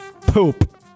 Poop